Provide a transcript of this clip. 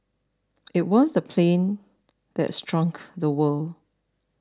it was the plane that shrank the world